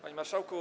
Panie Marszałku!